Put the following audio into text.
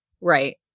Right